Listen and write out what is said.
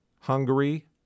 Hungary